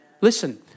Listen